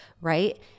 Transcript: right